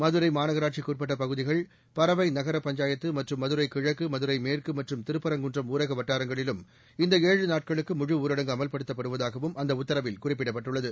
மதுரை மாநகராட்சிக்குட்பட்ட பகுதிகள் பரவை நகரப் பஞ்சாயத்து மற்றும் மதுரை கிழக்கு மதுரை மேற்கு மற்றும் திருப்பரங்குன்றம் ஊரக வட்டாரங்களிலும் இந்த ஏழு நாட்களுக்கு முழுஊரடங்கு அமல்படுத்தப்படுவதாகவும் அந்த உத்தரவில் குறிப்பிடப்பட்டுள்ளது